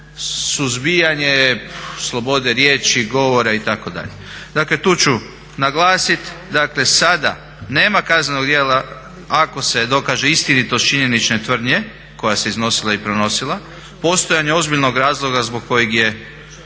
suzbijanje slobode riječi, govora itd. Dakle tu ću naglasit, sada nema kaznenog djela ako se dokaže istinitost činjenične tvrdnje koja se iznosila i pronosila, postojanje ozbiljnog razlog zbog kojeg je